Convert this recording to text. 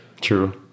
True